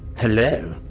hello.